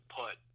put